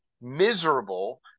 miserable